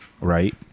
Right